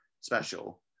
special